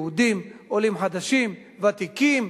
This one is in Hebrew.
יהודים, עולים חדשים, ותיקים,